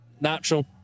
natural